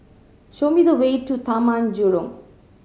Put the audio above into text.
show me the way to Taman Jurong